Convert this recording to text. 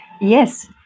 Yes